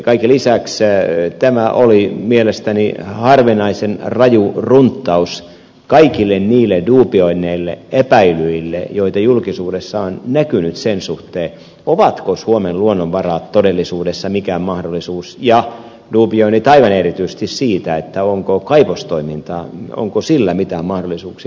kaiken lisäksi tämä oli mielestäni harvinaisen raju runttaus kaikille niille dubioinneille epäilyille joita julkisuudessa on näkynyt sen suhteen ovatko suomen luonnonvarat todellisuudessa mikään mahdollisuus ja dubioinneille aivan erityisesti siitä onko kaivostoiminnalla mitään mahdollisuuksia